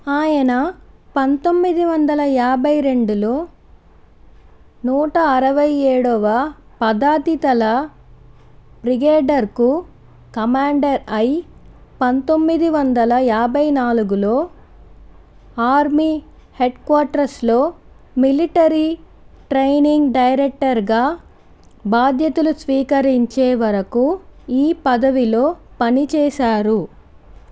ఆయన పంతొమ్మిది వందల యాభై రెండులో నూట అరవై ఏడవ పదాతిదళ బ్రిగేడర్కు కమాండర్ అయ్ పంతొమ్మిది వందల యాభై నాలుగులో ఆర్మీ హెడ్క్వార్టర్స్లో మిలిటరీ ట్రైనింగ్ డైరెక్టర్గా బాధ్యతలు స్వీకరించే వరకు ఈ పదవిలో పనిచేశారు